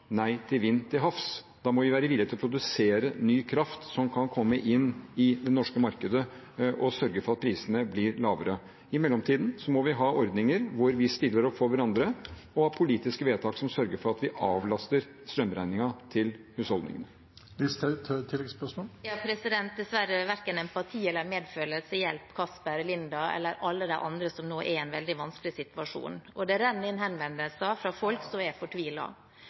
nei til vind til havs. Da må vi være villige til å produsere ny kraft som kan komme inn i det norske markedet og sørge for at prisene blir lavere. I mellomtiden må vi ha ordninger hvor vi stiller opp for hverandre, og ha politiske vedtak som sørger for at vi avlaster strømregningen til husholdningene. Det blir oppfølgingsspørsmål –Sylvi Listhaug. Det er dessverre verken empati eller medfølelse som hjelper Casper, Linda eller alle de andre som nå er i en veldig vanskelig situasjon, og det renner inn henvendelser fra folk som er